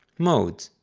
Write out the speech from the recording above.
modes.